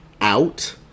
out